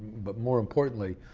but more importantly,